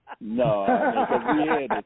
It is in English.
No